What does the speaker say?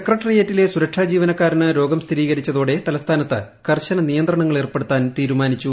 സെക്രട്ടറിയേറ്റിലെ സുരക്ഷാ ജീവനക്കാരന് രോഗം സ്ഥിരീകരിച്ചതോടെ തലസ്ഥാനത്ത് കർശന നിയന്ത്രണങ്ങൾ ഏർപ്പെടുത്താൻ തീരുമാനിച്ചു